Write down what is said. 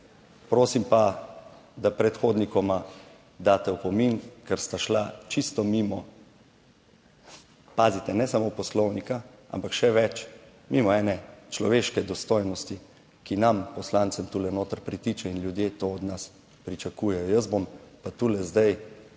Prosim pa, da predhodnikoma daste opomin, ker sta šla čisto mimo, pazite, ne samo Poslovnika, ampak še več, mimo ene človeške dostojnosti, ki nam poslancem tule noter pritiče in ljudje to od nas pričakujejo. Jaz bom pa tule zdaj